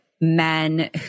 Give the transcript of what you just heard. men